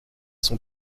son